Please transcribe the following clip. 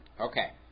Okay